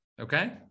okay